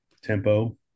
tempo